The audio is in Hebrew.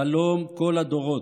חלום כל הדורות,